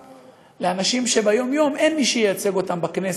לאנשים שביום-יום אין מי שייצג אותם בכנסת,